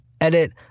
Edit